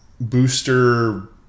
booster